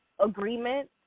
agreement